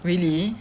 really